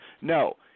No